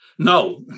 No